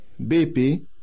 BP